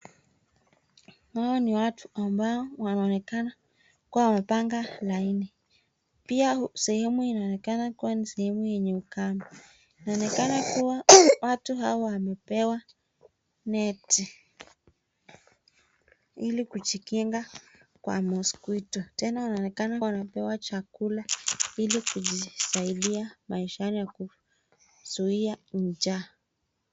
Hao ni watu ambao wanaonekana wamepanga laini. Pia sehemu inaonekana kuwa ni sehemu yenye ukame. Inaonekana kuwa watu hawa wamepewa neti ili kujikinga kwa mosquito . Tena wanaonekana wamepewa chakula ili kujisaidia maishani na kuzuia njaa.